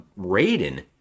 Raiden